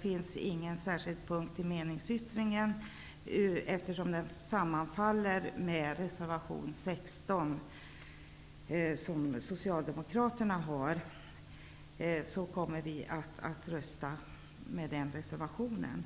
finns det ingen sådan punkt i meningsyttringen, eftersom den sammanfaller med Socialdemokraternas reservation. Vi kommer därför att rösta för den reservationen.